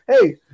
hey